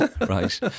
Right